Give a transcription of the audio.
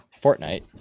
Fortnite